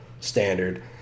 standard